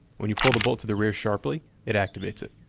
when you pull the bolt to the rear sharply, it activates it.